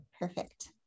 Perfect